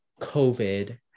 COVID